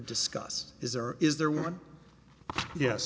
discuss is or is there one yes